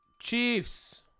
Chiefs